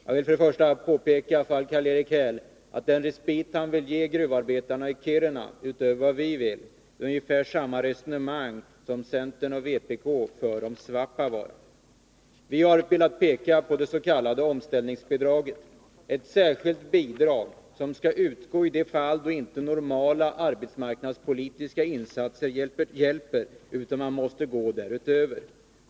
; Jag vill först och främst påpeka för Karl-Erik Häll att den respit han vill ge gruvarbetarna i Kiruna utöver vad vi vill bygger på ungefär samma resonemang som det som centern och vpk för om Svappavaara. Vi har pekat på det s.k. omställningsbidraget, ett särskilt bidrag som skall utbetalas i de fall där normala arbetsmarknadspolitiska insatser inte hjälper utan där man måste gå utöver sådana.